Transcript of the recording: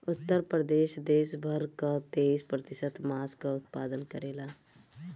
उत्तर प्रदेश देस भर कअ तेईस प्रतिशत मांस कअ उत्पादन करेला